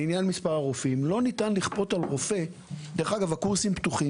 לעניין מספר הרופאים: דרך אגב, הקורסים פתוחים.